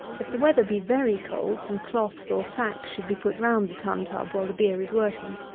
if the weather be very cold, some cloths or sacks should be put round the tun-tub while the beer is working.